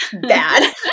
Bad